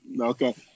Okay